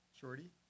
Shorty